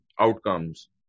outcomes